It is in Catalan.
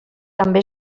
també